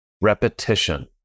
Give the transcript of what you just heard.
repetition